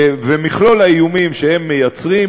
ומכלול האיומים שהם מייצרים,